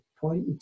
point